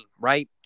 right